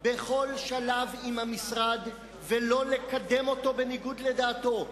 בכל שלב עם המשרד ולא לקדם אותו בניגוד לדעתו.